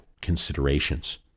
considerations